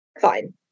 fine